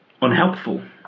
unhelpful